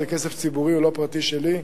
זה כסף ציבורי, הוא לא פרטי שלי,